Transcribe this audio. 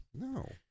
No